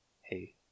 Hey